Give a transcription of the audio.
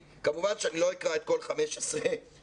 כמובן שאני לא אקרא את כל 15 הסעיפים.